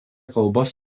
kalbos